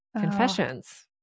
confessions